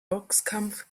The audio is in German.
boxkampf